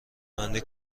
بندی